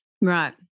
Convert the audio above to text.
Right